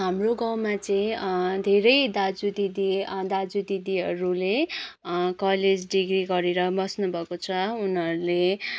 हाम्रो गाउँमा चाहिँ धेरै दाजु दिदी दाजु दिदीहरूले कलेज ड्रिग्री गरेर बस्नुभएको छ उनीहरूले